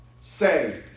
say